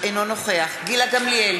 אינו נוכח גילה גמליאל,